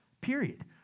Period